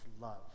love